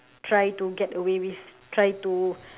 try to get away with try to